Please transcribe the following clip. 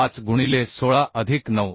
5 गुणिले 16 अधिक 9